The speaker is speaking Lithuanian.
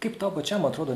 kaip tau pačiam atrodo